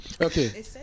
Okay